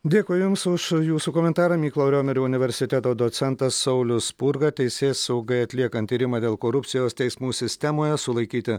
dėkui jums už jūsų komentarą mykolo romerio universiteto docentas saulius spurga teisėsaugai atliekant tyrimą dėl korupcijos teismų sistemoje sulaikyti